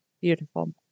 Beautiful